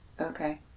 Okay